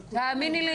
תאמיני לי,